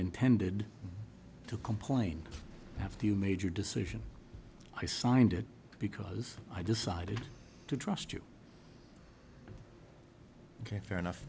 intended to complain after you made your decision i signed it because i decided to trust you ok fair enough